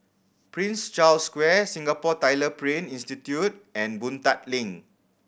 Prince Charles Square Singapore Tyler Print Institute and Boon Tat Link